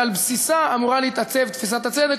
ועל בסיסה אמורה להתעצב תפיסת הצדק,